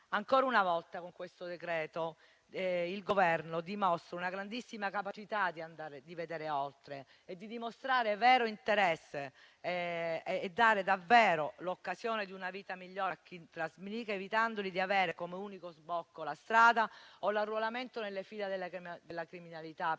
Ancora una volta, con questo decreto-legge, il Governo dimostra una grandissima capacità di vedere oltre; dimostra vero interesse e la voglia di dare davvero l'occasione di una vita migliore a chi trasmigra, evitandogli come unico sbocco la strada o l'arruolamento nelle fila della criminalità.